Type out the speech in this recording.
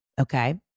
Okay